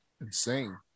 Insane